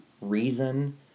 reason